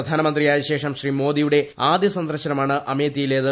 പ്രധാനമന്ത്രിയായ ശേഷം ശ്രീ മോദിയുടെ ആദൃ സന്ദർശനമാണ് അമേത്തിയിലേത്